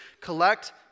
collect